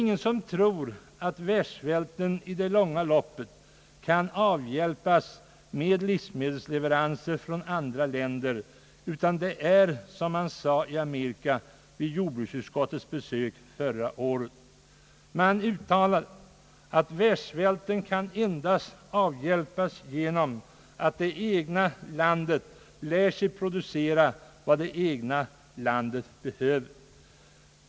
Ingen tror att världssvälten i det långa loppet kan avhjälpas med livsmedelsleveranser från andra länder, utan det förhåller sig så som man sade i Amerika vid jordbruksutskottets besök där förra året: världssvälten kan avhjälpas endast genom att varje land lär sig producera vad det egna landet behöver.